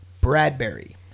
Bradbury